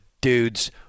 dudes